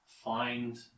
find